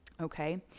Okay